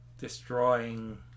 destroying